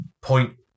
point